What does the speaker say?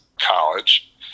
college